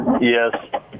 Yes